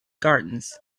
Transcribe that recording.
gardens